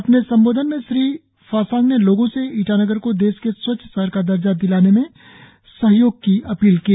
अपने संबोधन में श्री फासांग ने लोगों से ईटानगर को देश के स्वच्छ शहर का दर्जा दिलाने में सहयोग की अपील की है